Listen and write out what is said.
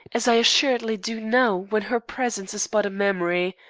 as i assuredly do now when her presence is but a memory,